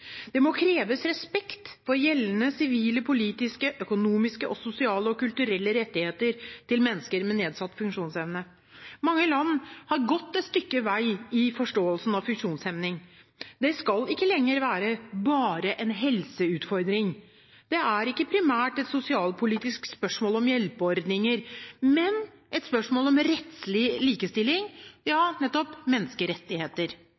Det må kreves respekt for gjeldende sivile, politiske, økonomiske, sosiale og kulturelle rettigheter til mennesker med nedsatt funksjonsevne. Mange land har gått et stykke vei i forståelsen av funksjonshemning. Det skal ikke lenger være «bare» en helseutfordring. Det er ikke primært et sosialpolitisk spørsmål om hjelpeordninger, men et spørsmål om rettslig likestilling